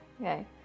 Okay